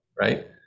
right